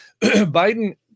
Biden